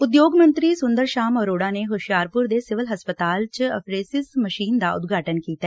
ਉਦਯੋਗ ਮੰਤਰੀ ਸੁੰਦਰ ਸ਼ਿਆਮ ਅਰੋੜਾ ਨੇ ਹੁਸ਼ਿਆਰਪੁਰ ਦੇ ਸਿਵਿਲ ਹਸਪਤਾਲ 'ਚ ਅਫਰੇਸਿਸ ਮਸ਼ੀਨ ਦਾ ਉਦਘਾਟਨ ਕੀਤਾ